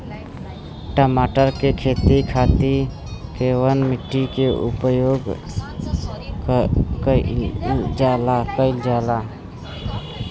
टमाटर क खेती खातिर कवने मिट्टी के उपयोग कइलजाला?